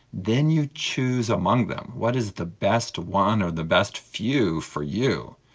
then you choose among them what is the best one or the best few for you?